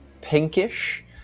pinkish